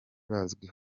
bazwi